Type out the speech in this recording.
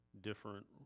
different